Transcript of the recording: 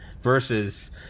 Versus